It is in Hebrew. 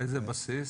איזה בסיס?